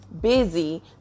busy